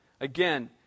Again